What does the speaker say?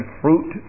fruit